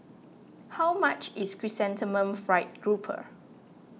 how much is Chrysanthemum Fried Grouper